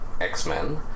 X-Men